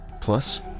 Plus